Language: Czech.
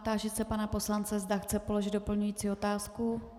Táži se pana poslance, zda chce položit doplňující otázku.